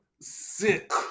sick